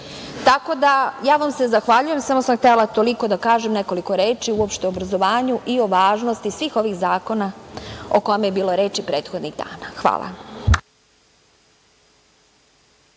unuka. Ja vam se zahvaljujem, samo sam htela toliko, da kažem nekoliko reči uopšte o obrazovanju i o važnosti svih ovih zakona o kojima je bilo reči prethodnih dana. Hvala.